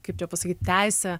kaip čia pasakyt teisę